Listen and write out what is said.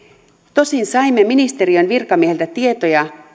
tosin saimme ministeriön virkamieheltä tietoja